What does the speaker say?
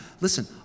Listen